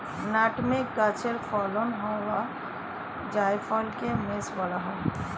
nutmeg গাছে ফলন হওয়া জায়ফলকে মেস বলা হয়